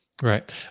right